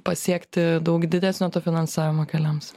pasiekti daug didesnio to finansavimo keliams